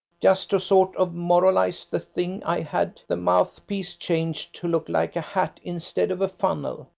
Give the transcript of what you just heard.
just to sort of moralise the thing i had the mouth-piece changed to look like a hat instead of a funnel,